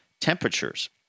temperatures